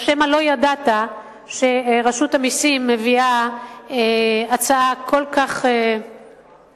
או שמא לא ידעת שרשות המסים מביאה הצעה כל כך מוזרה,